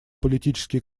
политические